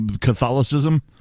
Catholicism